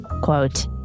Quote